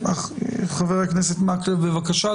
חבר הכנסת מקלב, בבקשה.